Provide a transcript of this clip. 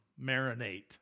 marinate